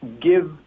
give